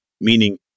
Meaning